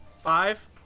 Five